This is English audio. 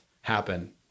happen